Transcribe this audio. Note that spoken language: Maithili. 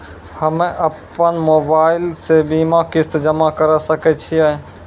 हम्मे अपन मोबाइल से बीमा किस्त जमा करें सकय छियै?